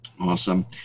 Awesome